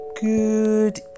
Good